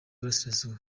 burasirazuba